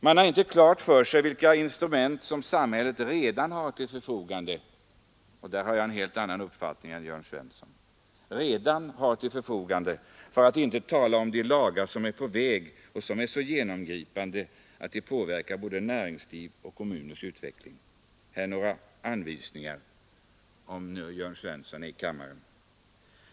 Man har inte klart för sig vilka instrument samhället redan har till förfogande — på den punkten har jag en helt annan uppfattning än herr Svensson i Malmö — för att inte tala om de lagar som är på väg och som är så genomgripande att de påverkar både näringslivet och kommunernas utveckling. Här några anvisningar, om nu herr Svensson är i kammaren.